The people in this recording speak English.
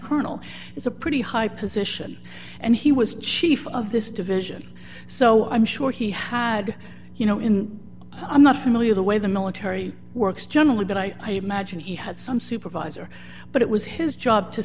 colonel is a pretty high position and he was chief of this division so i'm sure he had you know in i'm not familiar the way the military works generally but i imagine he had some supervisor but it was his job to